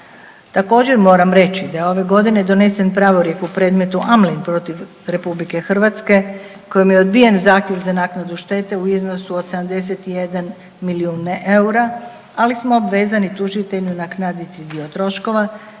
Također, moram reći da je ove godine donesen pravorijek u predmetu Amlin protiv RH kojim je odbijen zahtjev za naknadu štete u iznosu od 71 milijun eura, ali smo obvezani tužitelju nadoknaditi dio troškova